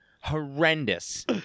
horrendous